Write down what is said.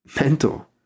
mental